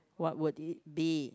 what would it be